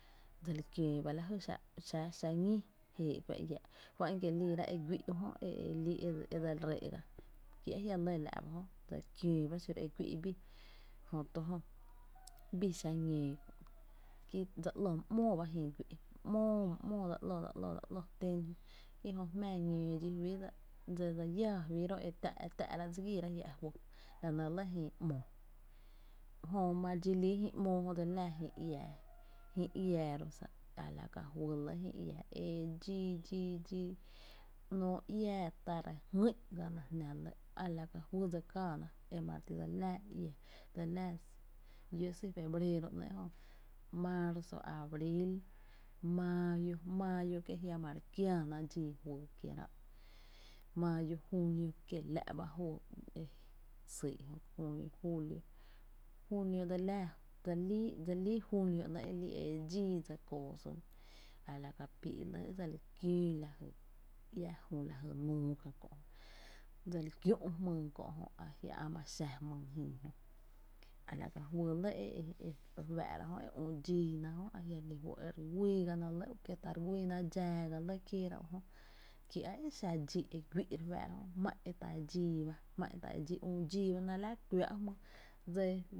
dseli kiöö ba la jy xáá’ ñii e éé’ kua iáá’ juá’n kie’ liira e güi’ ujöe lii’ e dseli ree’ ga kie a jia’ lɇ la’ ba jö, dse li kiöö ba xáá’ ‘mo xiro e güi’ bii jö to bii xa ñóo ki dse ‘ló my ‘móo ba jïï güi’, my ‘moo dse ‘ló, dse ‘lo ten kie’ jö jmⱥⱥ ñoo dxí fí, dse lláa fí ró’ e tá’ ra dse giira jia’ fyy, la nɇ lɇ jïï ‘moo, jö ma re dxi lii jïï ‘moo dse li laá jïï iää, jïï iaa ro’ san ala ka juý le jïï iää e dxi, dxii, dxii ‘nó iáá ta re Jngÿ’n ga na jná lɇ, a la ka juy dse káána e ma re ti dse li laa iaa, dselaa lló’ sýy’ febrero ‘nɇɇ’ marzo, abril, mayo, junio kie la’ ba junio, julio, junio dse laa, dse líi julio ‘nɇ’ dse lii e dxii dse koo sún a la kapii’ lɇ dse li kiöö lajy iá jü ka kö’, dsali kiü’ jmyy ka kö’ jö a jia’ ä’ ma’ xa jmyy jïï jö a la ka juy lɇ jö e re fáá’ra e ü’ dxíí na jö a jia’ re lí fó’ e re güii ga na lɇ u e ta re güiina dxaa ga lɇ kieera uJö ki á e xa dxi e güi’ re fáá’ra jmá’ e ta dxii ba, ü dxii ba ná la kuⱥⱥ’ jmýy dse